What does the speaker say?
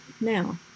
now